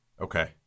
Okay